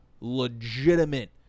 legitimate